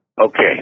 Okay